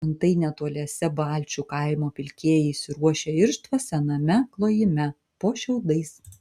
antai netoliese balčių kaimo pilkieji įsiruošę irštvą sename klojime po šiaudais